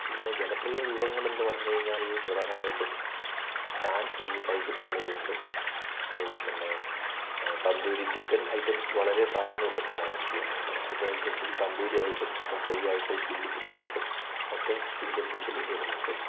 പിന്നെ ജനപ്രിയ വിഭവങ്ങളെന്ന് പറഞ്ഞുകഴിഞ്ഞാൽ പ്രധാനമായിട്ടും നാൻ കഴിക്കുന്ന ആളുകളുണ്ട് അതുപോലെതന്നെ തന്തൂരി ചിക്കൻ ഐറ്റംസ് വളരെ പ്രാധാന്യമുള്ളൊരു സ്ഥലമാണ് ഇന്ത്യ ചിക്കൻ ഐറ്റംസിൽ തന്തൂരിയായിട്ടും ചിക്കൻ ഫ്രൈ ആയിട്ടും ചില്ലി ചിക്കനായിട്ടും ഒക്കെ ഇന്ത്യൻ ഫുഡിൽ വരുന്നുണ്ട്